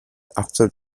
after